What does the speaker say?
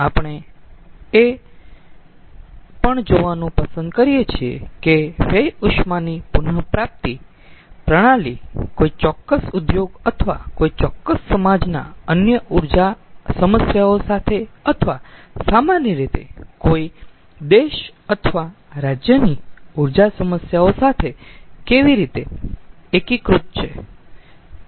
આપણે એ પણ જોવાનું પસંદ કરીયે છીએ કે વ્યય ઉષ્માની પુન પ્રાપ્તિ પ્રણાલી કોઈ ચોક્કસ ઉદ્યોગ અથવા કોઈ ચોક્કસ સમાજના અન્ય ઊર્જા સમસ્યાઓ સાથે અથવા સામાન્ય રીતે કોઈ દેશ અથવા રાજ્યની ઊર્જા સમસ્યાઓ સાથે કેવી રીતે એકીકૃત છે